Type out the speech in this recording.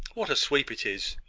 what a sweep it is!